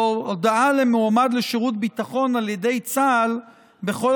והודעה למועמד לשירות ביטחון על ידי צה"ל בכל